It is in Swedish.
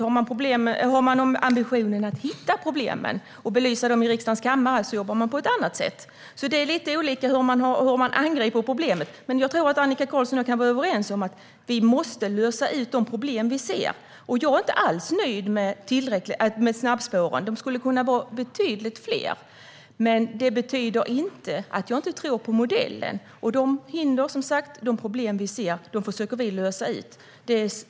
Har man ambitionen att hitta problemen och belysa dem i riksdagens kammare jobbar man på ett annat sätt. Det är lite olika hur man angriper problemet. Jag tror att Annika Qarlsson och jag kan vara överens om att vi måste lösa de problem vi ser. Jag är inte alls nöjd med snabbspåren. De skulle kunna vara betydligt fler. Men det betyder inte att jag inte tror på modellen. De hinder och problem vi ser försöker vi att lösa.